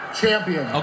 champion